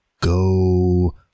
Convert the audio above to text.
go